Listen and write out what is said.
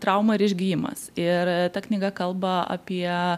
trauma ir išgijimas ir ta knyga kalba apie